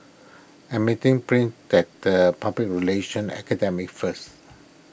I'm meeting Prince at the Public Relations Academy first